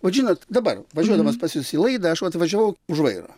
vat žinot dabar važiuodamas pas jus į laidą aš vat važiavau už vairo